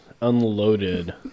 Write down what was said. unloaded